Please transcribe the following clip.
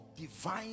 divine